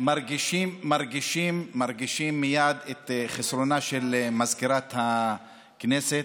מרגישים מייד את חסרונה של מזכירת הכנסת,